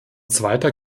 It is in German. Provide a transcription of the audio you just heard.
zweiter